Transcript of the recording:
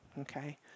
Okay